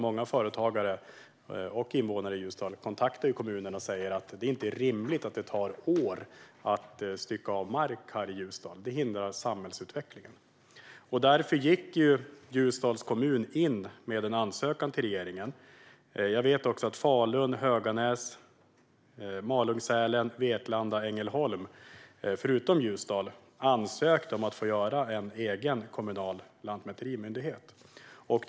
Många företagare och invånare i Ljusdal kontaktar kommunen och säger att det inte är rimligt att det ska ta flera år att stycka av mark i Ljusdal. Det hindrar samhällsutvecklingen. Därför gick Ljusdals kommun in med en ansökan till regeringen om att få göra en egen, kommunal, lantmäterimyndighet. Jag vet att också Falun, Höganäs, Malung-Sälen, Vetlanda och Ängelholm gjorde det.